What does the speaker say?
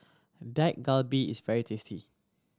Dak Galbi is very tasty